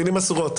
מילים אסורות